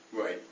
Right